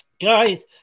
Guys